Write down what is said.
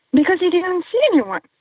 because he didn't see anyone.